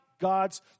God's